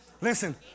listen